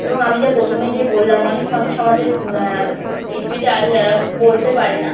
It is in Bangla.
এবং আমি যা প্রথমে যে বললাম অনেক মানুষ আমাদের পৃথিবীতে আছে যারা বলতে পারে না